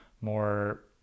more